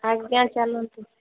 ଆଜ୍ଞା ଚାଲନ୍ତୁ